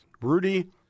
Rudy